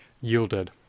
yielded